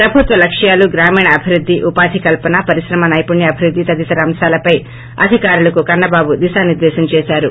ప్రభుత్వ లక్ష్యాలు గ్రామీణ అభివృద్ది ఉపాధి కల్పన పరిశ్రమ నైపుణ్య అభివృద్ది తదితర అంశాలపై అధికారులకు కన్న బాబు దిశానిర్గేశం చేశారు